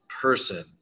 person